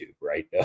right